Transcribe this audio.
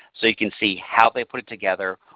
so you can see how they put it together,